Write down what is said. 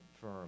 firm